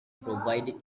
provided